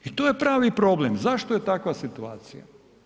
I to je pravi problem zašto je takva situacija.